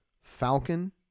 Falcon